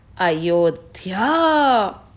Ayodhya